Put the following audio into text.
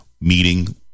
meeting